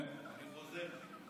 אני חוזר בי.